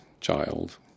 child